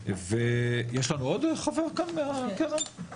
יש לנו עוד חבר כאן מהקרן/מהמועצה?